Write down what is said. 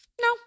No